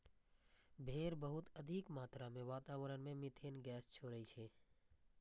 भेड़ बहुत अधिक मात्रा मे वातावरण मे मिथेन गैस छोड़ै छै